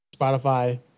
Spotify